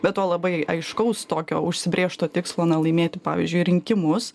be to labai aiškaus tokio užsibrėžto tikslo laimėti pavyzdžiui rinkimus